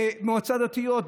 במועצות דתיות,